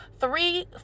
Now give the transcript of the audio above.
three